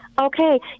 Okay